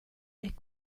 est